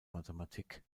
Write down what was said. mathematik